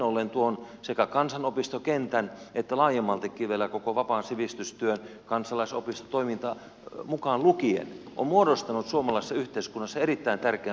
näin ollen sekä kansanopistokenttä että laajemmaltikin vielä koko vapaa sivistystyö kansalaisopistotoiminta mukaan lukien ovat muodostaneet suomalaisessa yhteiskunnassa erittäin tärkeän ja merkittävän kohdan